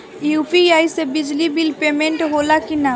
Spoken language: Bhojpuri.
यू.पी.आई से बिजली बिल पमेन्ट होला कि न?